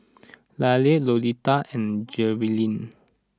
Kaylie Lolita and Jerilyn